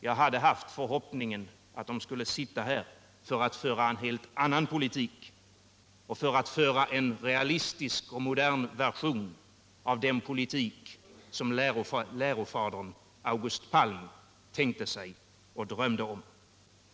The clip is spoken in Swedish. Jag hade hoppats att de skulle sitta här för att föra en helt annan politik, en realistisk och modern version av den politik som lärofadern August Palm tänkte sig och drömde om.